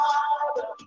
Father